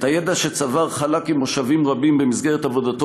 את הידע שצבר חלק עם מושבים רבים במסגרת עבודתו